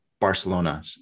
Barcelona